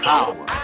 Power